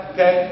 Okay